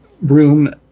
room